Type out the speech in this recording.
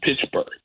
Pittsburgh